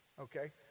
okay